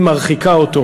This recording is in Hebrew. היא מרחיקה אותו.